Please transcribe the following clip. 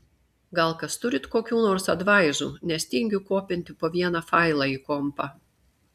gal kas turit kokių nors advaizų nes tingiu kopinti po vieną failą į kompą